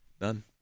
None